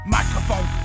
Microphone